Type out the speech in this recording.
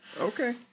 Okay